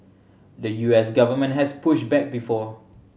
the U S government has pushed back before